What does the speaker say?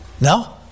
No